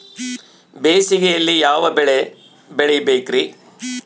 ಬೇಸಿಗೆಯಲ್ಲಿ ಯಾವ ಬೆಳೆ ಬೆಳಿಬೇಕ್ರಿ?